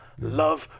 love